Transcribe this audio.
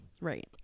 Right